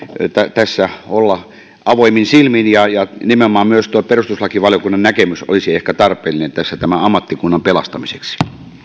tässä olla avoimin silmin ja ja nimenomaan myös tuo perustuslakivaliokunnan näkemys olisi ehkä tarpeellinen tässä tämän ammattikunnan pelastamiseksi